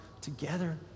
together